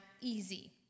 easy